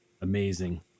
amazing